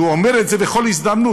הוא אומר את זה בכל הזדמנות,